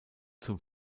zum